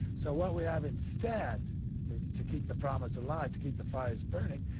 so what we have instead is to keep the promise alive, to keep the fires burning,